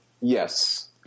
Yes